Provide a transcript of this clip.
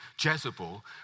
Jezebel